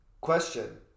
Question